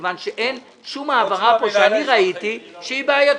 ואחר זה פעימה שנייה ולעקוב מה קורה,